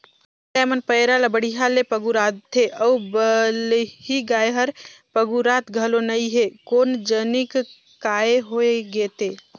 आने गाय मन पैरा ला बड़िहा ले पगुराथे अउ बलही गाय हर पगुरात घलो नई हे कोन जनिक काय होय गे ते